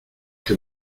que